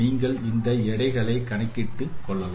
நீங்கள் இந்த எடைகளை கணக்கிட்டுக் கொள்ளலாம